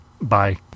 Bye